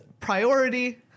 Priority